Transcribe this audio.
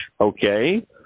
Okay